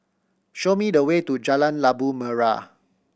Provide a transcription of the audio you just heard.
show me the way to Jalan Labu Merah